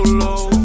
low